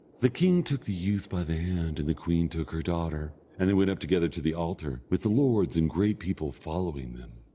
the king took the youth by the hand, and the queen took her daughter, and they went up together to the altar, with the lords and great people following them.